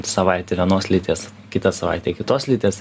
savaitę vienos lyties kitą savaitę kitos lyties